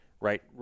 right